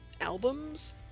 albums